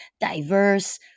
diverse